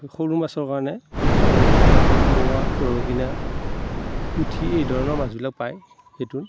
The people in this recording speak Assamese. সৰু মাছৰ কাৰণে এই ধৰ মোৱা দৰিকণা পুঠি এইধৰণৰ মাছবিলাক পায় সেইটো